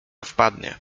wpadnie